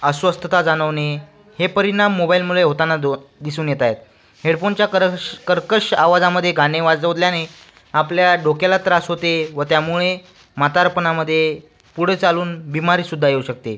अस्वस्थता जाणवणे हे परिणाम मोबाईलमुळे होताना दो दिसून येत आहेत हेडफोनच्या करश कर्कश आवाजामध्ये गाणे वाजवल्याने आपल्या डोक्याला त्रास होते व त्यामुळे म्हातारपणामध्ये पुढे चालून बिमारीसुद्धा येऊ शकते